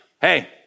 hey